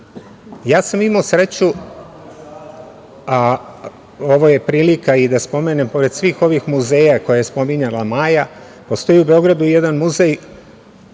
Imao sam sreću, a ovo je prilika i da spomenem, pored svih ovih muzeja koje pominjala Maja, postoji u Beogradu jedan muzej,